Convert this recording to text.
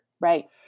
Right